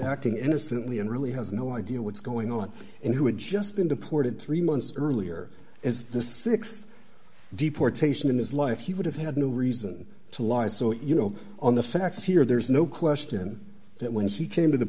acting innocently and really has no idea what's going on and who had just been deported three months earlier is the six deportation in his life he would have had no reason to lie so you know on the facts here there's no question that when he came to the